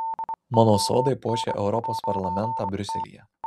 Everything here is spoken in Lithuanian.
mano sodai puošia europos parlamentą briuselyje